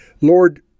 Lord